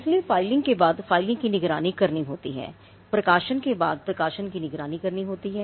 इसलिए फाइलिंग के बाद फाइलिंग की निगरानी करनी होती है प्रकाशन के बाद प्रकाशन की निगरानी करनी होती है